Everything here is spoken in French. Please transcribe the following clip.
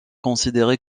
considéré